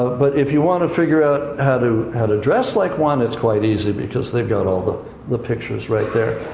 but if you want to figure out how to, how to dress like one, it's quite easy, because they've got all the the pictures right there.